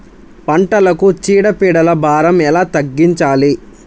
పంటలకు చీడ పీడల భారం ఎలా తగ్గించాలి?